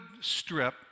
Strip